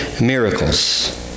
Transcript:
miracles